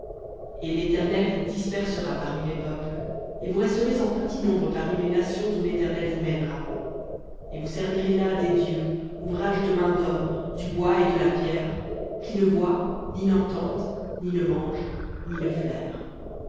et l'éternel vous dispersera parmi les peuples et vous resterez en petit nombre parmi les nations où l'éternel vous mènera et vous servirez là des dieux ouvrage de mains d'homme du bois et de la pierre qui ne voient ni n'entendent ni ne mangent ni ne flairent